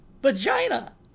Vagina